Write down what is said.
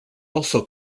also